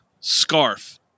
scarf